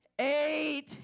eight